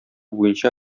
буенча